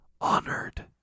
honored